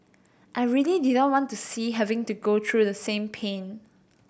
I really did not want to see having to go through the same pain